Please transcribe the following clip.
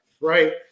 Right